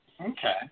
Okay